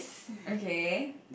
okay